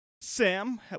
Sam